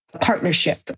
partnership